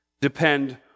depend